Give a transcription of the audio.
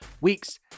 week's